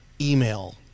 email